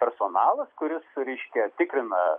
personalas kuris reiškia tikrina